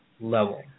level